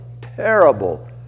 terrible